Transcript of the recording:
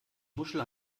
muschel